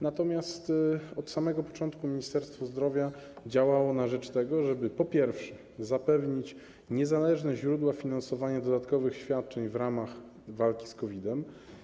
Natomiast od samego początku Ministerstwo Zdrowia działało na rzecz tego, żeby zapewnić niezależne źródło finansowania dodatkowych świadczeń w ramach walki z COVID.